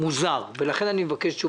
שלום, אני פותח את הישיבה